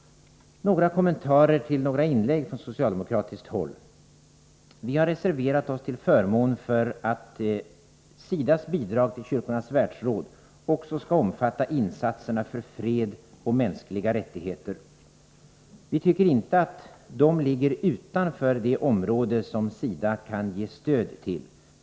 Några kommentarer till några inlägg från socialdemokratiskt håll. Vi har reserverat oss till förmån för att SIDA:s bidrag till Kyrkornas världsråd också skall omfatta insatserna för fred och mänskliga rättigheter. Vi tycker inte att de ligger utanför det område som SIDA kan ge stöd till.